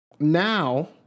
Now